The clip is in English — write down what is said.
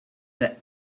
that